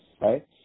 right